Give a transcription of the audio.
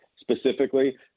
specifically